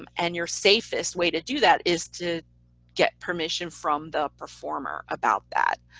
um and your safest way to do that is to get permission from the performer about that.